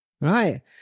Right